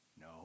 No